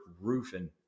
Roofing